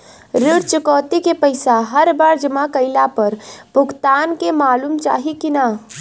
ऋण चुकौती के पैसा हर बार जमा कईला पर भुगतान के मालूम चाही की ना?